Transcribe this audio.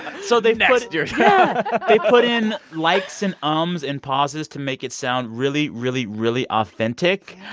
so they've put. yeah they put in likes and ums and pauses to make it sound really, really, really authentic.